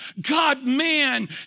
God-man